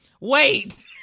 wait